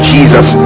Jesus